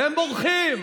והם בורחים.